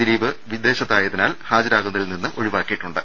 ദിലീപ് വിദേശത്തായതിനാൽ ഹാജരാകുന്നതിൽ നിന്ന് ഒഴിവാക്കിയിട്ടുണ്ട്